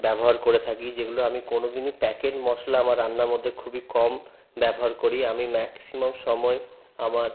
ব্যবহার করে থাকি যেগুলো আমি কোনোদিনই প্যাকেট মশলা আমার রান্নার মধ্যে খুবই কম ব্যবহার করি আমি ম্যাক্সিমাম সময়ে আমার